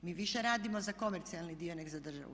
Mi više radimo za komercijalni dio nego za državu.